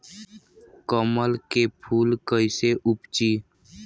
कमल के फूल कईसे उपजी?